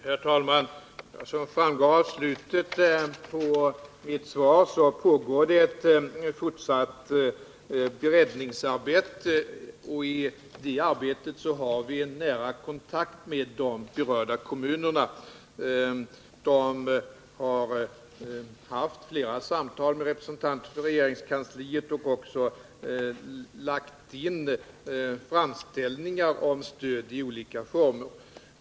Herr talman! Som framgår av slutet av mitt svar pågår det ett fortsatt beredningsarbete inom regeringskansliet, och i det arbetet har vi en nära kontakt med de berörda kommunerna. De har haft flera samtal med representanter för regeringskansliet och också gjort framställningar om stöd i olika former.